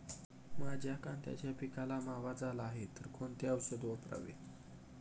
माझ्या कांद्याच्या पिकाला मावा झाला आहे तर कोणते औषध वापरावे?